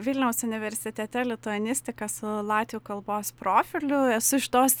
vilniaus universitete lituanistiką su latvių kalbos profiliu esu iš tos